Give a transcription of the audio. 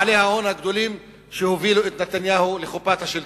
בעלי ההון הגדולים שהובילו את נתניהו לחופת השלטון.